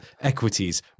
equities